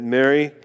Mary